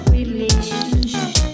Relationship